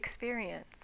experience